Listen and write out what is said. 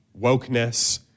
wokeness